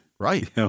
Right